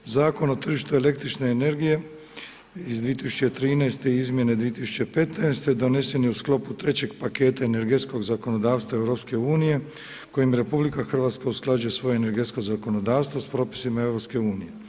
Zakon o tržištu električne energije iz 2013. i izmjene 2015. donesen je u sklopu 3. paketa energetskog zakonodavstva EU kojim RH usklađuje svoje energetsko zakonodavstvo s propisima EU.